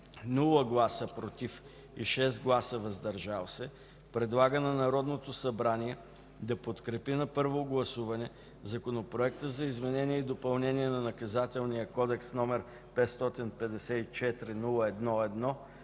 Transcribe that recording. без „против” и 6 гласа „въздържали се” предлага на Народното събрание да подкрепи на първо гласуване Законопроект за изменение и допълнение на Наказателния кодекс, № 554-01-1,